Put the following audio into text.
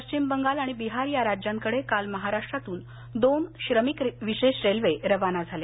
पश्चिम बंगाल आणि बिहार या राज्यांकडे काल महाराष्ट्रातून दोन श्रमिक विशेष रेल्वे रवाना झाल्या